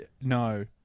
No